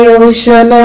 ocean